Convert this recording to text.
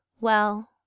Well